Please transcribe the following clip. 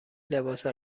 لباس